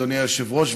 אדוני היושב-ראש,